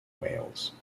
wales